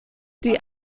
die